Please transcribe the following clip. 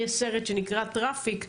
יש סרט שנקרא טראפיק,